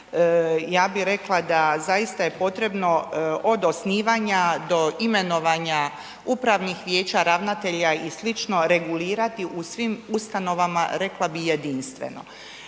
ja bi rekla da zaista je potrebno od osnivanja do imenovanja upravnih vijeća, ravnatelja i slično regulirati u svim ustanovama rekla bi jedinstveno.